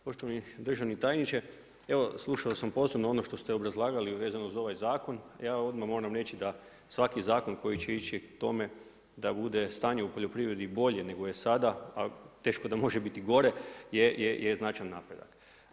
Poštovani državni tajniče, evo slušao sam posebno ono što ste obrazlagali vezano uz ovaj zakon, ja odmah moram reći da svaki zakon koji će ići k tome da bude stanje u poljoprivredi bolje nego je sada a teško da može biti gore je značajan napredak.